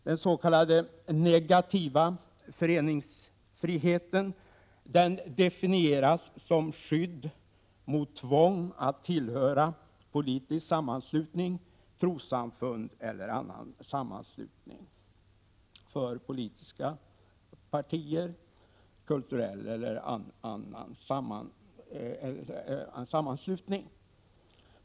Den s.k. negativa föreningsfriheten definieras som skydd mot tvång att tillhöra politisk sammanslutning, trossamfund eller annan sammanslutning för åskådning.